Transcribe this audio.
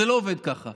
זה לא עובד ככה.